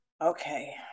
Okay